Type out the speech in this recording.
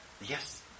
Yes